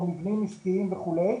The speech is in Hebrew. או מבנים עסקיים וכו'.